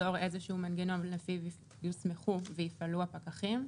ליצור מנגנון לפיו יוסמכו ויפעלו הפקחים.